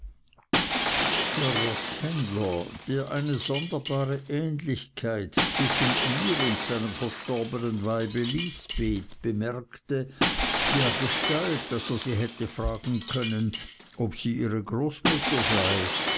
der eine sonderbare ähnlichkeit zwischen ihr und seinem verstorbenen weibe lisbeth bemerkte dergestalt daß er sie hätte fragen können ob sie ihre großmutter sei